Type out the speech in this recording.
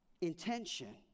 intention